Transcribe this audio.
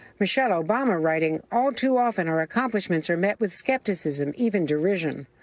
michelle obama writing all too often our accomplishments are met with skepticism, even derision.